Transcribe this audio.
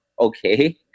Okay